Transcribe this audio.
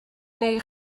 neu